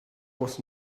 was